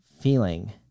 feeling